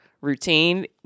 routine